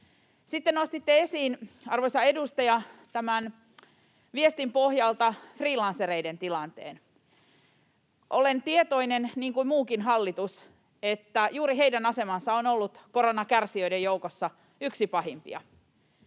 Sitten nostitte esiin, arvoisa edustaja, tämän viestin pohjalta freelancereiden tilanteen. Olen tietoinen, niin kuin muukin hallitus, että juuri heidän asemansa on ollut koronakärsijöiden joukossa yksi pahimpia.